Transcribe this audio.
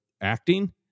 acting